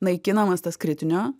naikinamas tas kritinio